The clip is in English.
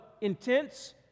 intense